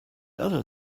other